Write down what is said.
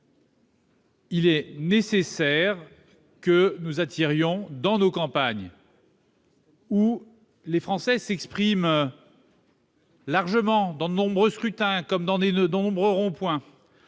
Il est nécessaire d'attirer des médecins dans nos campagnes, où les Français expriment largement, dans de nombreux scrutins et sur de nombreux ronds-points,